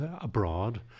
abroad